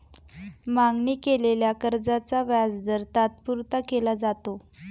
मागणी केलेल्या कर्जाचा व्याजदर तात्पुरता केला जातो